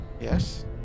Yes